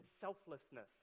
selflessness